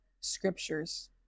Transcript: scriptures